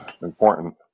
important